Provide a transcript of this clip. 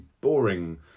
boring